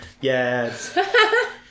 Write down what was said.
yes